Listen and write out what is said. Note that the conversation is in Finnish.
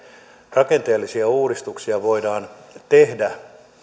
rakenteellisia uudistuksia voidaan tehdä